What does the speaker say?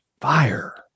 fire